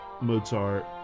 Mozart